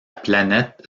planète